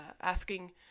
asking